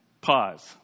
pause